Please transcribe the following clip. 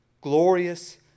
glorious